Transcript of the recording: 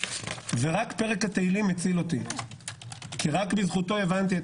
ורק פרק התהלים הציל אותי כי רק בזכותו הבנתי את